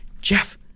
Jeff